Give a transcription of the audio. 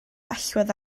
allwedd